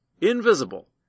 invisible